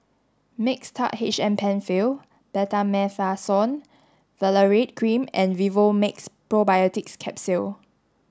Mixtard H M Penfill Betamethasone Valerate Cream and Vivomixx Probiotics Capsule